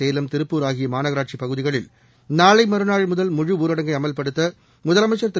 சேலம் திருப்பூர் ஆகிய மாநகராட்சி பகுதிகளில் நாளை மறுநாள் முதல் முழு ஊரடங்கை அமல்படுத்த முதலமைச்சா் திரு